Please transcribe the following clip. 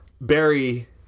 Barry